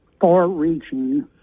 far-reaching